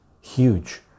huge